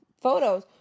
photos